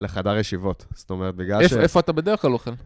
לחדר ישיבות, זאת אומרת, בגלל ש... איפה, איפה אתה בדרך כלל אוכל?